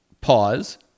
pause